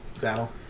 battle